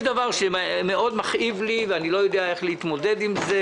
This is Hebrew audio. יש דבר שמכאיב לי מאוד ואני לא יודע איך להתמודד איתו,